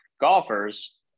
golfers